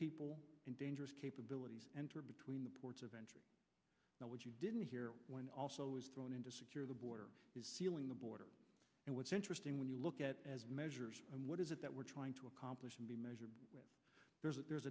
people and dangerous capabilities enter between the ports of entry now what you didn't hear when also was thrown in to secure the border is sealing the border and what's interesting when you look at as measures what is it that we're trying to accomplish and be measured there's a there's